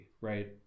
right